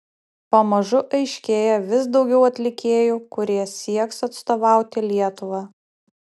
pamažu aiškėja vis daugiau atlikėjų kurie sieks atstovauti lietuvą